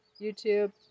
YouTube